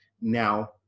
Now